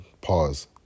pause